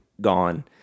gone